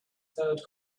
third